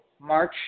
March